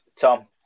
Tom